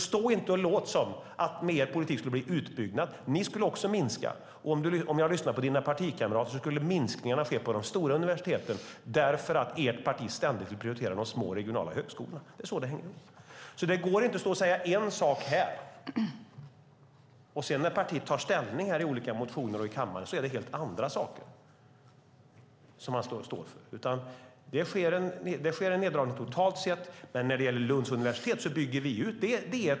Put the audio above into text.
Stå inte och låt som att det skulle bli en utbyggnad med er politik! När jag lyssnar på dina partikamrater låter det som att minskningarna skulle ske på de stora universiteten, eftersom ert parti ständigt vill prioritera de små regionala högskolorna. Det är så det hänger ihop. Det går inte att stå och säga en sak här och sedan stå för helt andra saker när partiet tar ställning i olika motioner och i kammaren. Det sker en neddragning totalt sett, men när det gäller Lunds universitet bygger vi ut.